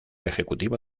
ejecutivo